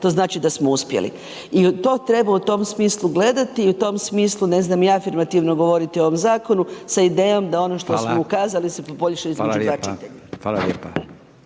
to znači da smo uspjeli i to treba u tom smislu gledati i u tom smislu, ne znam, i afirmativno govoriti o ovom zakonu sa idejom da ono što smo ukazali se poboljša između dva čitanja.